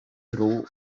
true